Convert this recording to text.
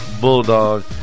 bulldog